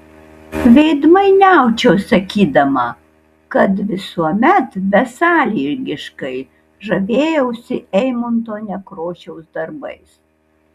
veidmainiaučiau sakydama kad visuomet besąlygiškai žavėjausi eimunto nekrošiaus darbais